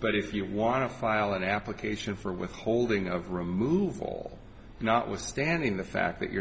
but if you want to file an application for withholding of removal notwithstanding the fact that you're